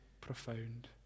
profound